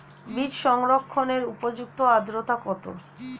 বীজ সংরক্ষণের উপযুক্ত আদ্রতা কত?